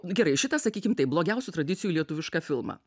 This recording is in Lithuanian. gerai šitą sakykim taip blogiausių tradicijų lietuvišką filmą